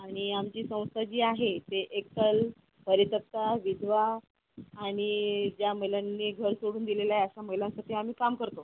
आणि आमची संस्था जी आहे ते एकल परित्यक्ता विधवा आणि ज्या महिलांनी घर सोडून दिलेलं आहे अशा महिलांसाठी आम्ही काम करतो